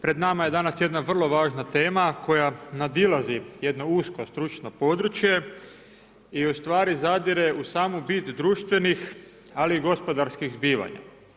Pred nama je danas jedna vrlo važna tema koja nadolazi jedno usko, stručno područje i zadire u samu bit društvenih, ali i gospodarskih zbivanja.